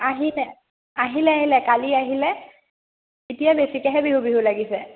আহিলে আহিলে আহিলে কালি আহিলে এতিয়া বেছিকেহে বিহু বিহু লাগিছে